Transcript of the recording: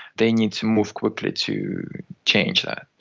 they need to move quickly to change that.